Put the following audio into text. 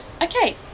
Okay